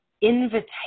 invitation